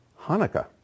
Hanukkah